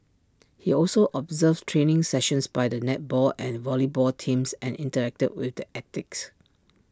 he also observed training sessions by the netball and volleyball teams and interacted with the athletes